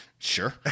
Sure